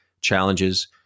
challenges